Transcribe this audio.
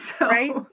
right